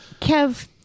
Kev